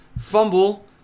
fumble